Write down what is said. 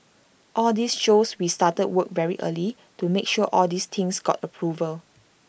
all this shows we started work very early to make sure all these things got approval